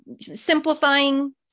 simplifying